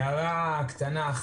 בהגדרה?